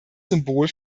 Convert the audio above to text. symbol